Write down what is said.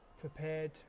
prepared